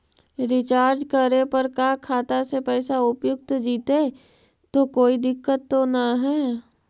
Recharge करे पर का खाता से पैसा उपयुक्त जितै तो कोई दिक्कत तो ना है?